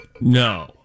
No